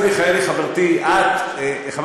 הכנסת העונג לקדם בעצמו את החוק של עצמו,